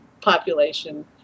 population